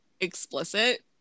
explicit